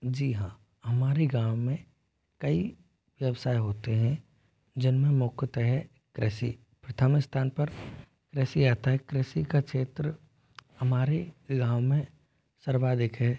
जी हाँ हमारे गाँव में कई व्यवसाय होते हैं जिनमें मुख्यतः कृषि प्रथम स्थान पर कृषि आता है कृषि का क्षेत्र हमारे गाँव में सर्वाधिक है